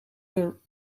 door